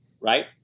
right